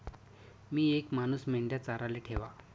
मी येक मानूस मेंढया चाराले ठेवा